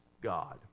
God